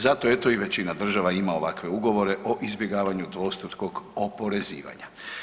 Zato eto i većina država ima ovakve ugovore o izbjegavanju dvostrukog oporezivanja.